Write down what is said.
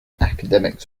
academic